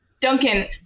Duncan